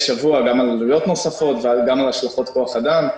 שבוע גם על עלויות נוספות וגם על השלכות כוח אדם.